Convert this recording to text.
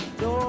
no